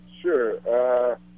Sure